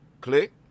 Click